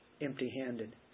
empty-handed